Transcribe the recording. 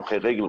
הולכי רגל,